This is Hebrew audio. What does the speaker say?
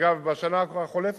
אגב, בשנה החולפת